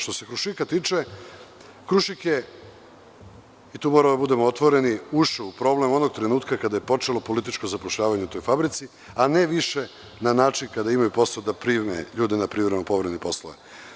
Što se „Krušika“ tiče, „Krušik“ je, tu moramo biti otvoreni, ušao u problem onog trenutka kada je počelo političko zapošljavanje u toj fabrici, a ne više na način kada imaju posao da prime ljude na privremene i povremene poslove.